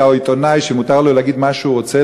או עיתונאי שמותר לו להגיד מה שהוא רוצה,